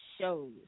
shows